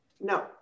No